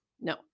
No